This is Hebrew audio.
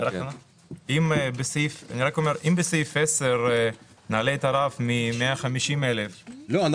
אם בסעיף 10 נעלה את הרף מ-150,000 --- לא,